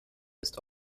ist